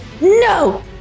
no